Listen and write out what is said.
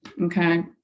Okay